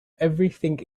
everything